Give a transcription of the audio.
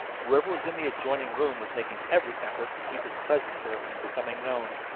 whoever was in the adjoining room was making every effort to keep his presence there from becoming known!